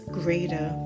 greater